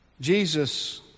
Jesus